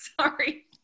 Sorry